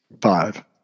five